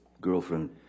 Girlfriend